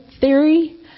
theory